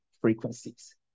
frequencies